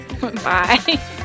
bye